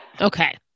Okay